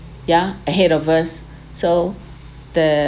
ya ahead of us so the